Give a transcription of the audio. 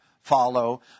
follow